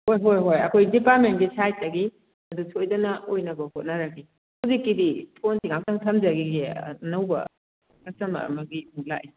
ꯍꯣꯏ ꯍꯣꯏ ꯍꯣꯏ ꯑꯩꯈꯣꯏ ꯗꯤꯄꯥꯔꯠꯃꯦꯟꯀꯤ ꯁꯥꯏꯗꯇꯒꯤ ꯑꯗꯨ ꯁꯣꯏꯗꯅ ꯑꯣꯏꯅꯕ ꯍꯣꯠꯅꯔꯒꯦ ꯍꯧꯖꯤꯛꯀꯤꯗꯤ ꯐꯣꯟꯁꯦ ꯉꯥꯏꯍꯥꯛꯇꯪ ꯊꯝꯖꯈꯤꯒꯦ ꯑꯅꯧꯕ ꯀꯁꯇꯃꯔ ꯑꯃꯒꯤ ꯑꯃꯨꯛ ꯂꯥꯛꯑꯦ